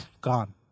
gone